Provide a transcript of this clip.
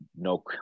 no